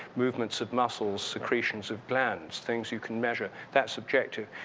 movements of muscles, secretions of glands, things you can measure, that's objective.